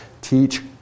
teach